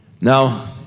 Now